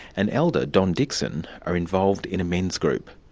and elder don dickson, are involved in a men's group.